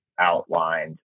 outlined